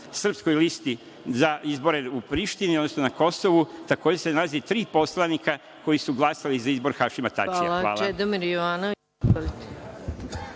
srpskoj listi za izbore u Prištini, odnosno na Kosovu, takođe se nalaze tri poslanika koji su glasali za izbor Hašima Tačija. Hvala.